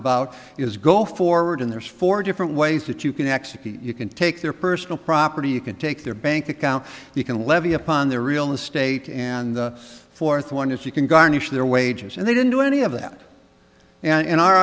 about is go forward and there's four different ways that you can execute you can take their personal property you can take their bank account you can levy upon their real estate and the fourth one is you can garnish their wages and they didn't do any of that and